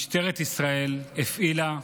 משטרת ישראל הפעילה,